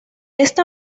esta